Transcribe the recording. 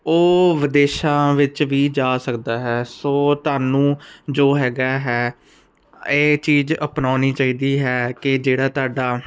ਉਹ ਵਿਦੇਸ਼ਾਂ ਵਿੱਚ ਵੀ ਜਾ ਸਕਦਾ ਹੈ ਸੋ ਤੁਹਾਨੂੰ ਜੋ ਹੈਗਾ ਹੈ ਇਹ ਚੀਜ਼ ਅਪਣਾਉਣੀ ਚਾਹੀਦੀ ਹੈ ਕਿ ਜਿਹੜਾ ਤੁਹਾਡਾ